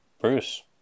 bruce